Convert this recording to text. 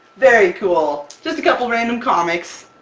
very cool! just a couple random comics.